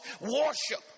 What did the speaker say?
worship